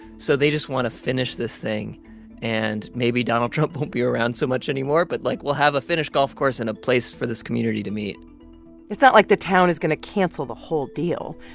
so they just want to finish this thing and maybe donald trump won't be around so much anymore. but, like, we'll have a finished golf course and a place for this community to meet it's not like the town is going to cancel the whole deal.